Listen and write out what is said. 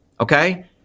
okay